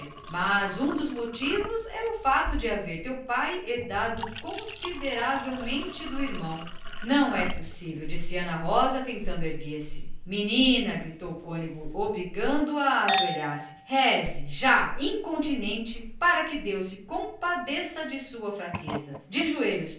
mas um dos motivos é digo-te aqui no sagrado sigilo do confessionário o fato de haver teu pai herdado consideravelmente do irmão não é possível exclamou ana rosa tentando erguer-se menina repreendeu o cônego obrigando-a a ficar ajoelhada reze já incontinenti para que deus se compadeça de tamanho desatino de joelhos